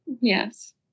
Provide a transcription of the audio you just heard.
Yes